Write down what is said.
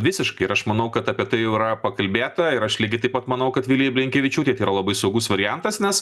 visiškai ir aš manau kad apie tai jau yra pakalbėta ir aš lygiai taip pat manau kad vilijai blinkevičiūtei tai yra labai saugus variantas nes